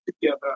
together